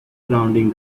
surrounding